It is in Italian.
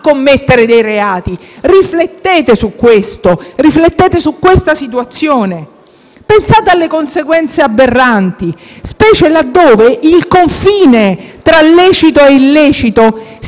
commettere dei reati. Riflettete su questo. Riflettete su questa situazione. Pensate alle conseguenze aberranti, specie laddove il confine tra lecito e illecito sia